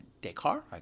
Descartes